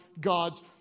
God's